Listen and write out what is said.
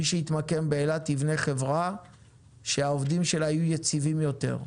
מי שיתמקם באילת ייבנה חברה שהעובדים שלה יהיו יציבים יותר,